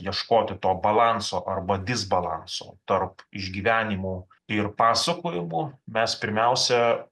ieškoti to balanso arba disbalanso tarp išgyvenimų ir pasakojimų mes pirmiausia